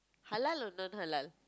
Halal or non Halal